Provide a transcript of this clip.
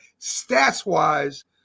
stats-wise